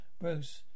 Bruce